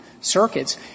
circuits